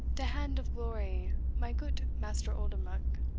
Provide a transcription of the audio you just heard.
de hand of glory, my goot master oldenbuck,